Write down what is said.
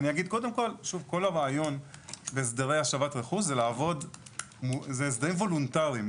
כל הרעיון בהסדרי השבת רכוש זה הסדרים וולונטריים.